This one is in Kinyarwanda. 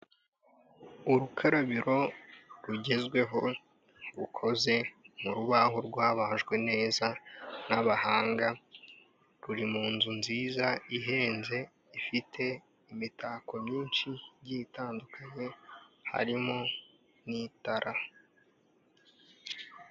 Urukarabiro rugezweho rukoze mu rubaho rwabajwe neza n'abahanga, ruri munzu nziza ihenze ifite imitako myinshi igiye itandukanye harimo n'itara.